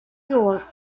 york